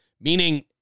meaning